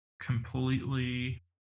completely